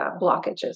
blockages